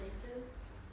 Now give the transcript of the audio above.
places